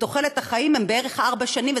בתוחלת החיים הם בערך ארבע שנים.